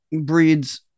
breeds